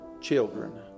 children